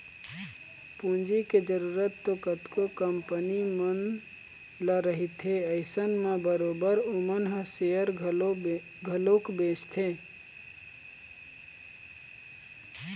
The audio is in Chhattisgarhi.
पूंजी के जरुरत तो कतको कंपनी मन ल रहिथे अइसन म बरोबर ओमन ह सेयर घलोक बेंचथे